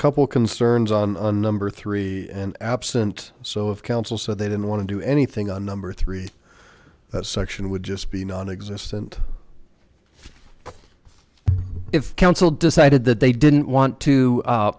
couple concerns on the number three and absent so if council so they don't want to do anything on number three that section would just be nonexistent if the council decided that they didn't want to